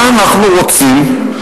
מה אנחנו רוצים?